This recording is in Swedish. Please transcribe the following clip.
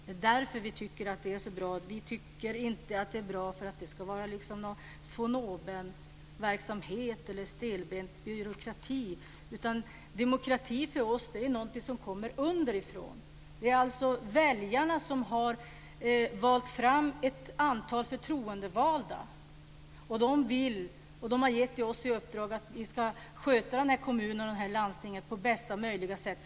Vi tycker inte att denna ska vara uttryck för en von oben-inställning eller en stelbent byråkrati. För oss är demokrati någonting som kommer underifrån. Väljarna har röstat fram ett antal förtroendevalda som de har gett i uppdrag att sköta kommunerna och landstingen på bästa möjliga sätt.